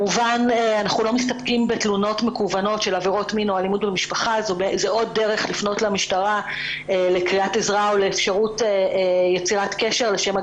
אנחנו לא מאפשרים לעוד גורם לעקוב ולהסתכל אחר מצבו של הילד